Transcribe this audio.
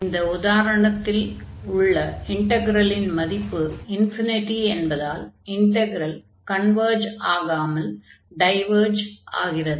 இந்த உதாரணத்தில் உள்ள இன்டக்ரலின் மதிப்பு என்பதால் இன்டக்ரல் கன்வர்ஜ் ஆகாமல் டைவர்ஜ் ஆகிறது